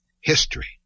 history